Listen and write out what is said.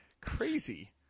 crazy